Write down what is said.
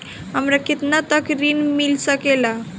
हमरा केतना तक ऋण मिल सके ला?